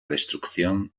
destrucción